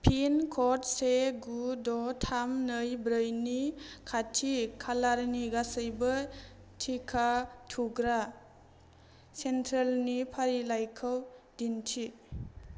pin code से गु द' थाम नै ब्रैनि खाथि खालारनि गासैबो टिका थुग्रा सेन्टारनि फारिलाइखौ दिन्थि